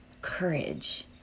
courage